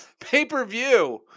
Pay-per-view